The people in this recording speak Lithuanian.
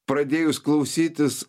pradėjus klausytis